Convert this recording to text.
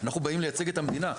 אנחנו באים לייצג את המדינה.